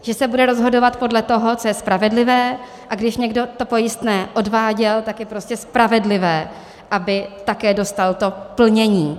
Že se bude rozhodovat podle toho, co je spravedlivé, a když někdo to pojistné odváděl, tak je prostě spravedlivé, aby také dostal to plnění.